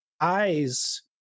eyes